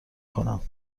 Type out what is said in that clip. کنم